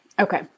Okay